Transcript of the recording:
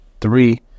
three